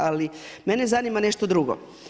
Ali mene zanima nešto drugo.